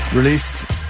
Released